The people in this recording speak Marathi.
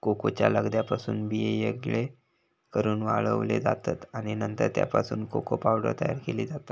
कोकोच्या लगद्यापासून बिये वेगळे करून वाळवले जातत आणि नंतर त्यापासून कोको पावडर तयार केली जाता